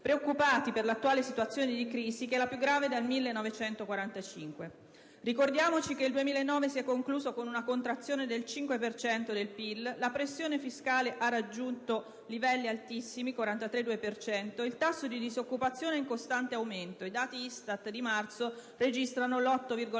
preoccupati per l'attuale situazione di crisi, che è la più grave dal 1945. Ricordiamoci che il 2009 si è concluso con una contrazione del 5 per cento del PIL, la pressione fiscale ha raggiunto livelli altissimi (43,2 per cento), il tasso di disoccupazione è in costante aumento (i dati ISTAT di marzo registrano l'8,8